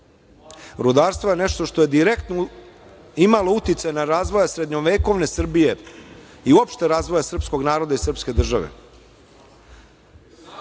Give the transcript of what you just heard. Rudarstvo je nešto što je direktno imalo uticaja na razvoj srednjovekovne Srbije i uopšte razvoja srpskog naroda i srpske države. Srbi